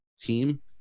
team